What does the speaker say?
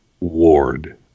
Ward